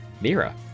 Mira